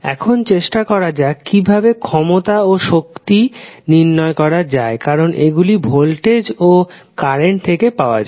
এখন চেষ্টা করা যাক কিভাবে ক্ষমতা ও শক্তি নির্ণয় করা যায় কারণ এইগুলি ভোল্টেজ ও কারেন্ট থেকে পাওয়া যায়